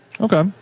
okay